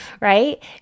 Right